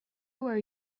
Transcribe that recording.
are